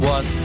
One